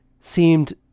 seemed